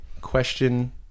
question